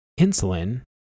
insulin